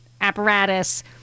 apparatus